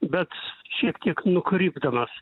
bet šiek tiek nukrypdamas